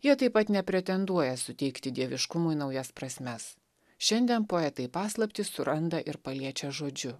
jie taip pat nepretenduoja suteikti dieviškumui naujas prasmes šiandien poetai paslaptį suranda ir paliečia žodžiu